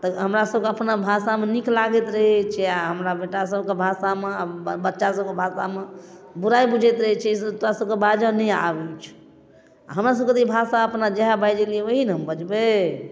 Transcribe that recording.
तऽ हमरा सभके अपना भाषामे नीक लागैत रहै छै आओर हमरा बेटा सभके भाषामे आओर बच्चा सभके भाषामे बुराइ बुझाइत रहै छै तोरा सभके बाजऽ नहि आबै छौ हमर सभके तऽ ई भाषा अपन जेहे बाजि अयलियै वही ने हम बजबै